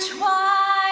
law